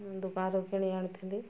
ଦୋକାନରୁ କିଣି ଆଣିଥିଲି